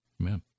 Amen